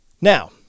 Now